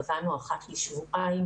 קבענו אחת לשבועיים.